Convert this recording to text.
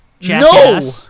No